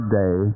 day